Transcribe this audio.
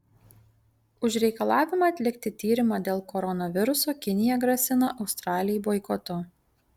už reikalavimą atlikti tyrimą dėl koronaviruso kinija grasina australijai boikotu